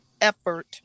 effort